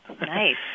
Nice